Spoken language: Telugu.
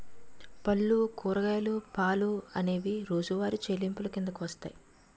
పళ్ళు కూరగాయలు పాలు అనేవి రోజువారి చెల్లింపులు కిందకు వస్తాయి